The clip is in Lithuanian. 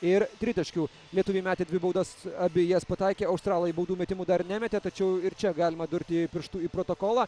ir tritaškių lietuviai metė dvi baudas abejas pataikė australai baudų metimų dar nemetė tačiau ir čia galima durti į pirštu į protokolą